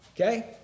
Okay